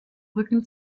rücken